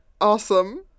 Awesome